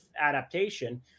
adaptation